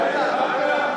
מה קרה,